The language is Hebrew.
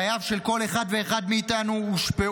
חייו של כל אחד ואחד מאיתנו הושפעו